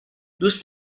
دوست